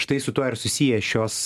štai su tuo ir susiję šios